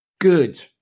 good